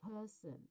person